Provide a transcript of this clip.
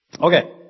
Okay